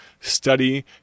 study